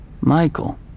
Michael